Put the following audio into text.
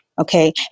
okay